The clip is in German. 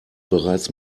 bereits